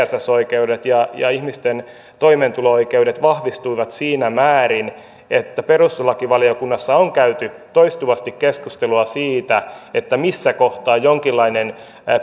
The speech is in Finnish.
tss oikeudet ja ja ihmisten toimeentulo oikeudet vahvistuivat siinä määrin että perustuslakivaliokunnassa on käyty toistuvasti keskustelua siitä missä kohtaa jonkinlainen